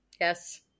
Yes